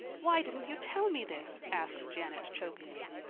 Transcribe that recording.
why didn't you tell me this? asked janet chokingly.